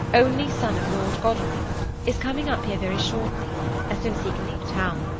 only son of lord godalming is coming up here very shortly as soon as he can leave town,